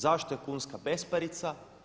Zašto je kunska besparica?